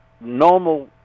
normal